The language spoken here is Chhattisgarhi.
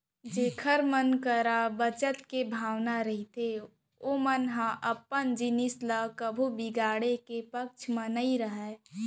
जेखर मन करा बचत के भावना रहिथे ओमन ह अपन जिनिस ल कभू बिगाड़े के पक्छ म नइ रहय